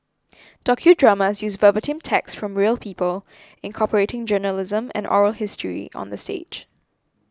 docudramas use verbatim text from real people incorporating journalism and oral history on the stage